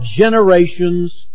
generations